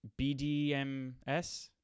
BDMS